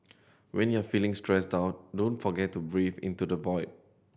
when you are feeling stressed out don't forget to breathe into the void